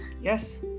Yes